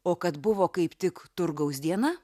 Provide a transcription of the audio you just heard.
o kad buvo kaip tik turgaus diena